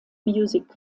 music